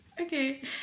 Okay